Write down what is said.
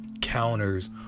counters